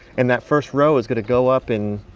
and that first row is going to go up in,